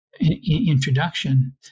introduction